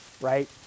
right